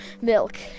Milk